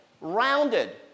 rounded